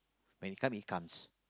when it come it comes